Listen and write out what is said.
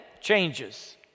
changes